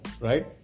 right